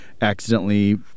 accidentally